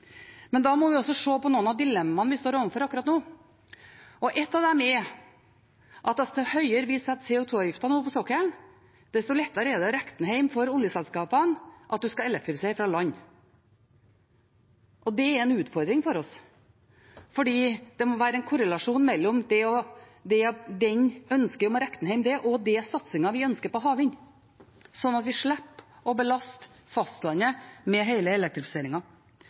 men da må vi også se på noen av dilemmaene vi står overfor akkurat nå. Et av dem er at desto høyere vi setter CO 2 -avgiften på sokkelen, desto lettere er det å regne hjem for oljeselskapene at en skal elektrifisere fra land. Det er en utfordring for oss, for det må være en korrelasjon mellom ønsket om å regne hjem det og den satsingen vi ønsker på havvind, slik at vi slipper å belaste fastlandet med